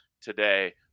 today